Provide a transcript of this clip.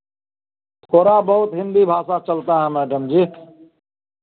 थोड़ा बहुत हिंदी भाषा चलता है मैडम जी